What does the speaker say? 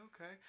okay